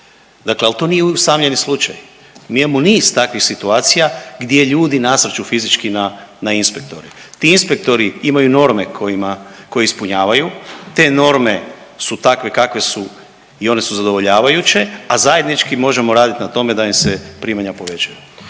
Dakle, ali to nije usamljeni slučaj. Mi imamo niz takvih situacija gdje ljudi nasrču fizički na inspektore. Ti inspektori imaju norme kojima, koje ispunjavanju, te norme su takve kakve su i one su zadovoljavajuće, a zajednički možemo raditi na tome da im se primanja povećaju.